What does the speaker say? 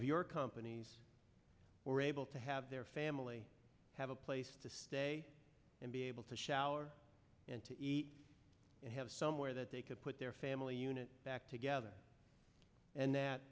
your companies were able to have their family have a place to stay and be able to shower and to eat and have somewhere that they could put their family unit back together and that